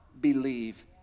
believe